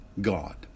God